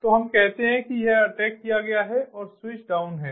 तो हम कहते हैं कि यह अटैक किया गया है और स्विच डाउन है